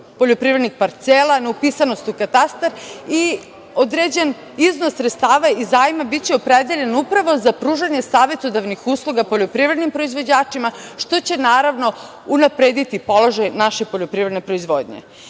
poljoprivrednih parcela, neupisanost u katastar i određen iznos sredstava i zajma biće opredeljen upravo za pružanje savetodavnih usluga poljoprivrednim proizvođačima, što će naravno unaprediti položaj naše poljoprivredne proizvodnje. Kada